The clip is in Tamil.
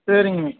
சரிங்க